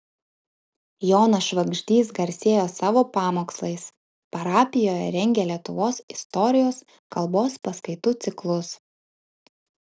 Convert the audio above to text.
jonas švagždys garsėjo savo pamokslais parapijoje rengė lietuvos istorijos kalbos paskaitų ciklus